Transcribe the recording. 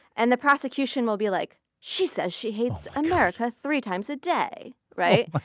and the prosecution will be like, she says she hates america three times a day. right?